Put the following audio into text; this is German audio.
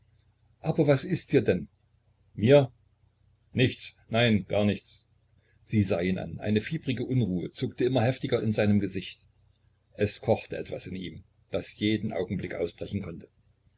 aber was ist dir denn mir nichts nein gar nichts sie sah ihn an eine fiebrige unruhe zuckte immer heftiger in seinem gesichte es kochte etwas in ihm das jeden augenblick ausbrechen konnte